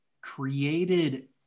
created